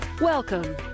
Welcome